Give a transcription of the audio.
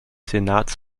senats